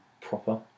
Proper